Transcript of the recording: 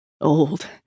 Old